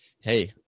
Hey